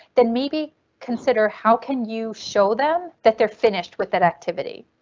then maybe consider how can you show them that they're finished with that activity.